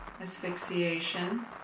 Asphyxiation